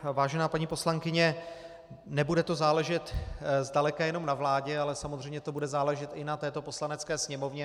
Vážená paní poslankyně, nebude to záležet zdaleka jenom na vládě, ale samozřejmě to bude záležet i na této Poslanecké sněmovně.